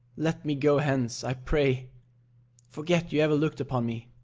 let me go hence, i pray forget you ever looked upon me.